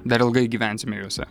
dar ilgai gyvensime juose